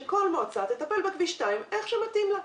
שכל מועצה תטפל בכביש 2 איך שמתאים לה.